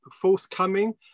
forthcoming